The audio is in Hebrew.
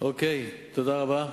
תודה רבה.